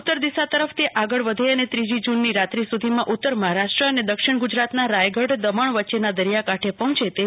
ઉત્તર દિશા તરફ આગળ વધે અને ત્રીજી જુનની રાત્રી સુધીમાં ઉત્તર મહારાષ્ટ્ર અને દક્ષિણ ગુજરાતના રાયગઢ દમણ વચ્ચેના દરિયા કાંઠે પહોંચે તેવી શક્યતા છે